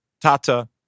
Tata